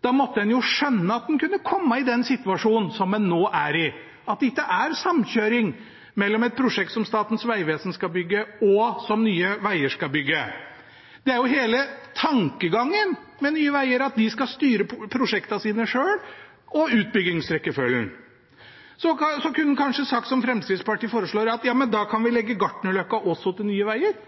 Da måtte en skjønne at en kunne komme i den situasjonen som en nå er i, at det ikke er samkjøring mellom et prosjekt som Statens vegvesen skal bygge, og et som Nye Veier skal bygge. Det er jo hele tankegangen med Nye Veier at de selv skal styre prosjektene sine og utbyggingsrekkefølgen. En kunne kanskje sagt som Fremskrittspartiet foreslår, at ja, da kan vi også legge Gartnerløkka til Nye Veier.